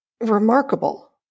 remarkable